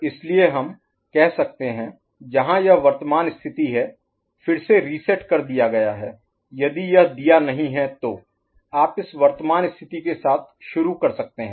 इसलिए हम कर सकते हैं जहां यह वर्तमान स्थिति है फिर से रीसेट कर दिया गया है यदि यह दिया नहीं है तो आप इस वर्तमान स्थिति के साथ शुरू कर सकते हैं